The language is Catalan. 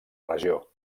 regió